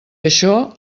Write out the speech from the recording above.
això